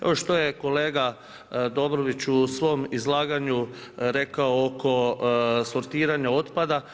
Evo što je kolega Dobrović u svom izlaganju rekao oko sortiranju otpada.